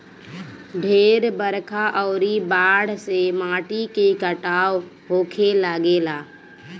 ढेर बरखा अउरी बाढ़ से माटी के कटाव होखे लागेला